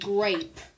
Grape